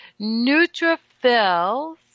Neutrophils